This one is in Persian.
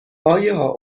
آیا